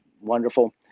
wonderful